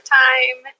time